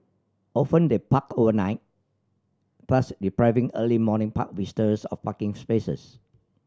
often they park overnight thus depriving early morning park visitors of parking spaces